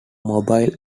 mobile